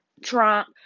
Trump